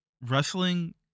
Wrestling